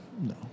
no